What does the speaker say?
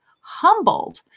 humbled